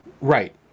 Right